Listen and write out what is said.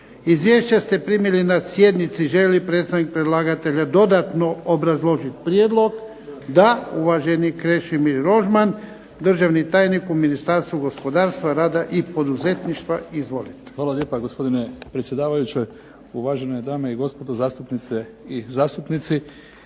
Izvješća ste primili na sjednici. Želi li predstavnik predlagatelja dodatno obrazložiti prijedlog? Da. Uvaženi Krešimir Rožman, državni tajnik u Ministarstvu gospodarstva, rada i poduzetništva. Izvolite. **Rožman, Krešimir** Hvala lijepa gospodine predsjedavajući, uvažene dame i gospodo zastupnice i zastupnici.